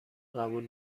قبول